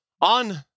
on